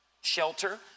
shelter